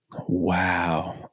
Wow